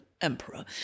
emperor